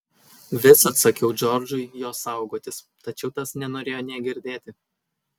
visad sakiau džordžui jo saugotis tačiau tas nenorėjo nė girdėti